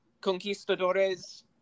conquistadores